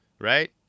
Right